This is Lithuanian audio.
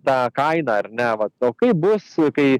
tą kainą ar ne vat o kaip bus kai